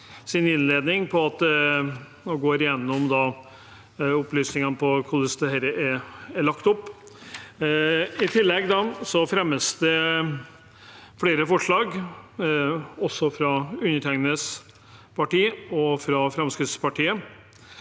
sin innledning gjennom opplysningene om hvordan dette er lagt opp. I tillegg fremmes det flere forslag fra undertegnedes parti og fra Fremskrittspartiet,